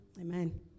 Amen